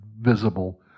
visible